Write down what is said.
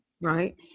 right